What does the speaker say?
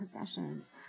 possessions